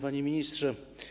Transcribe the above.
Panie Ministrze!